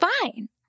fine